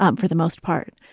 um for the most part,